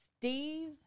Steve